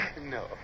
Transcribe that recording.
No